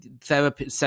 therapy